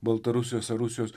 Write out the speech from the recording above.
baltarusijos ar rusijos